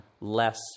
less